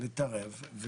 להתערב,